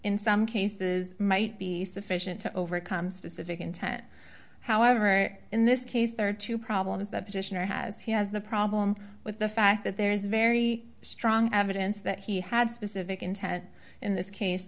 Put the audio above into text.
in some cases might be sufficient to overcome specific intent however in this case there are two problems that petitioner has he has the problem with the fact that there is very strong evidence that he had specific intent in this case